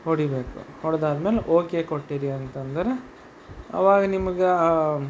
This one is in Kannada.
ಹೊಡಿಬೇಕು ಹೊಡ್ದು ಆದ್ಮೇಲೆ ಓಕೆ ಕೊಟ್ಟಿರಿ ಅಂತಂದ್ರೆ ಆವಾಗ ನಿಮ್ಗೆ ಆ